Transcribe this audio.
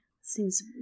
Seems